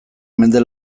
mende